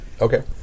Okay